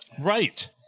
Right